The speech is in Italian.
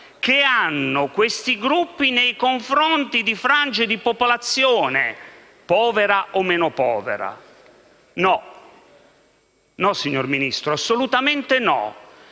che hanno questi gruppi nei confronti di frange di popolazione povera o meno povera. No, signor Ministro, assolutamente no;